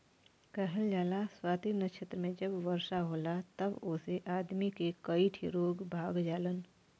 कहल जाला स्वाति नक्षत्र मे जब वर्षा होला तब ओसे आदमी के कई ठे रोग भाग जालन